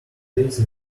days